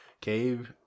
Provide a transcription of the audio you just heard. cave